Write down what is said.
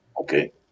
Okay